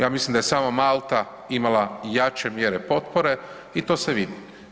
Ja mislim da je samo Malta imala jače mjere potpore i to se vidi.